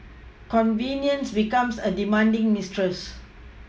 convenience becomes a demanding mistress